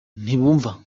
ntibumva